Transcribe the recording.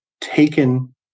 taken